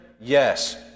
Yes